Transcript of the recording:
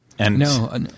No